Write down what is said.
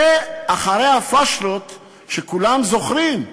זה אחרי הפשלות שכולם זוכרים.